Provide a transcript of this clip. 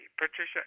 Patricia